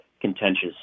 contentious